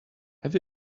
have